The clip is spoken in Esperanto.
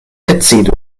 decidu